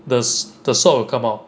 the sw~ sword will come out